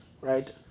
right